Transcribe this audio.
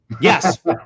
Yes